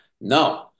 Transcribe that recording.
No